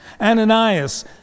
Ananias